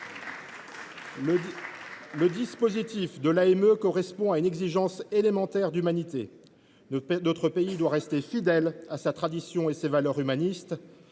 Le dispositif de l’AME répond à une exigence élémentaire d’humanité. Notre pays doit rester fidèle à sa tradition et à ses valeurs humanistes